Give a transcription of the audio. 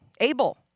Abel